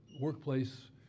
Workplace